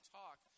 talk